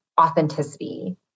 authenticity